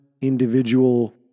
individual